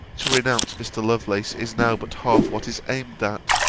to renounce mr. lovelace is now but half what is aimed at.